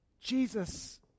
Jesus